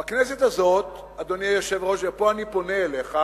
בכנסת הזאת, אדוני היושב-ראש, ופה אני פונה אליך,